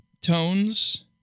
tones